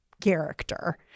character